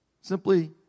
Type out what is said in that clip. simply